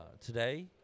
Today